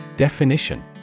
Definition